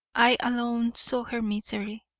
i alone saw her misery.